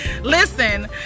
listen